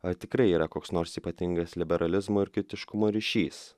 ar tikrai yra koks nors ypatingas liberalizmo ir kritiškumo ryšys